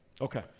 Okay